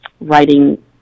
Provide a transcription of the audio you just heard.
writing